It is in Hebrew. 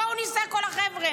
בואו ניסע כל החבר'ה,